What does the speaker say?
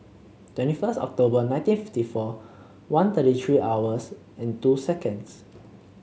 twenty first October nineteen fifty four one thirty three hours and two seconds